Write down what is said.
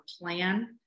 plan